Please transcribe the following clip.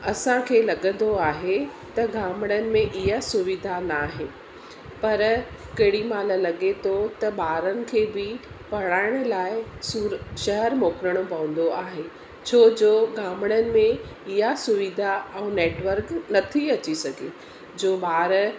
असांखे लॻंदो आहे त घामड़नि में इहा सुविधा नाहे पर केॾीमहिल लॻे थो त ॿारनि खे बि पढ़ाइनि लाइ सूर शहरु मोकिलणु पवंदो आहे छोजो घामड़नि में इहा सुविधा ऐं नैटवर्क नथी अची सघे जो ॿार